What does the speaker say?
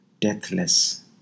deathless